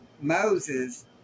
Moses